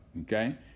Okay